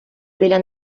біля